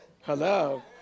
Hello